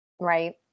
Right